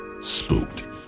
Spooked